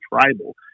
tribal